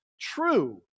true